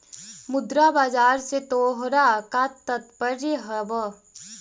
मुद्रा बाजार से तोहरा का तात्पर्य हवअ